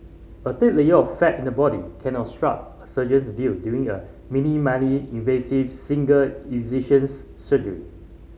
a thick layer of fat in the body can obstruct a surgeon's view during a minimally invasive single incisions surgery